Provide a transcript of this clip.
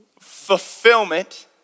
fulfillment